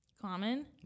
common